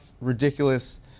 ridiculous